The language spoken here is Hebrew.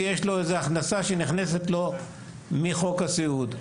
כי יש לו הכנסה שנכנסת מחוק הסיעוד.